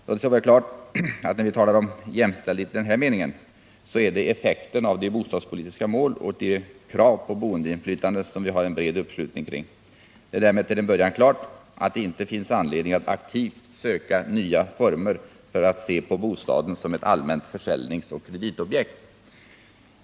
Det står väl helt klart att när vi talar om jämställdhet i den här meningen, så är det effekten av de bostadspolitiska mål och de krav på boendeinflytande som vi har en bred uppslutning kring. Det är därmed till en början klart att det inte finns anledning att aktivt söka nya former för att se på bostaden som ett allmänt försäljningsoch kreditobjekt.